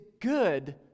good